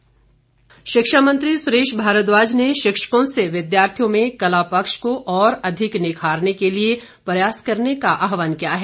सुरेश भारद्वाज शिक्षा मंत्री सुरेश भारद्वाज ने शिक्षकों से विद्यार्थियों में कला पक्ष को और अधिक निखारने के लिए प्रयास करने का आहवान किया है